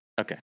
Okay